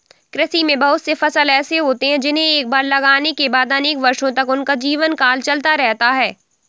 कृषि में बहुत से फसल ऐसे होते हैं जिन्हें एक बार लगाने के बाद अनेक वर्षों तक उनका जीवनकाल चलता रहता है